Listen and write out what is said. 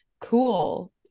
cool